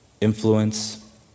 influence